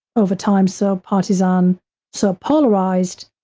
over time, so partisan, so polarized,